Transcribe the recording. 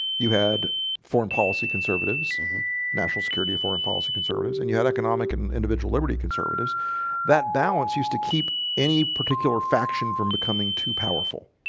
you had foreign policy conservatives national security or foreign policy conservatives and you had economic and individual liberty conservatives that balance used to keep any particular faction from becoming too powerful